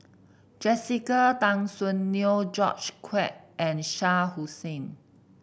Jessica Tan Soon Neo George Quek and Shah Hussain